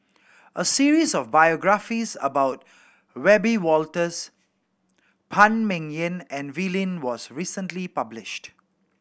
a series of biographies about Wiebe Wolters Phan Ming Yen and Wee Lin was recently published